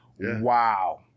Wow